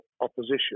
opposition